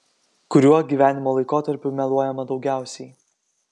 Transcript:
kuriuo gyvenimo laikotarpiu meluojama daugiausiai